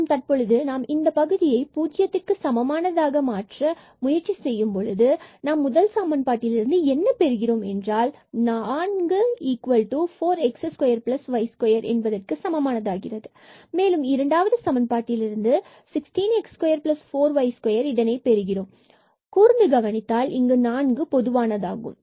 மற்றும் தற்பொழுது நாம் இந்த பகுதியை பூஜ்ஜுயத்துக்கு சமமானதாக மாற்ற முயற்சி செய்யும்பொழுது எனவே நாம் முதல் சமன்பாட்டில் இருந்து என்ன பெறுகிறோம் என்றால் 4 4 x2 y2க்கு சமமானதாகிறது மேலும் இரண்டாவது சமன்பாட்டில் இருந்து நாம் 16x24y2 இதை பெறுகிறோம் எனவே கூர்ந்து கவனித்தால் இங்கு 4 பொதுவானதாகும்